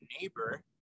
neighbor